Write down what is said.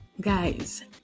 guys